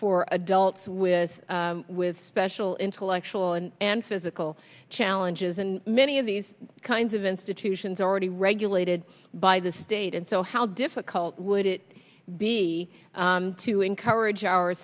for adults with with special intellectual and physical challenges and many of these kinds of institutions already regulated by the state and so how difficult would it be to encourage our